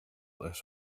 this